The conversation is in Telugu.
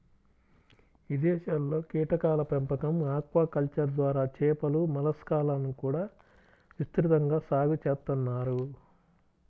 ఇదేశాల్లో కీటకాల పెంపకం, ఆక్వాకల్చర్ ద్వారా చేపలు, మలస్కాలను కూడా విస్తృతంగా సాగు చేత్తన్నారు